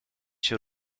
się